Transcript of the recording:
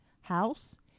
house